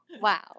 Wow